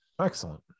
excellent